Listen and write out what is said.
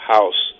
House